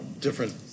different